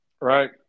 right